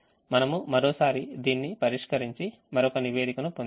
మనము మరోసారిదీన్ని పరిష్కరించిమరొక నివేదికనుపొందాము